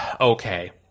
Okay